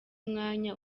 umwanya